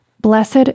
Blessed